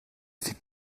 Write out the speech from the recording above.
fait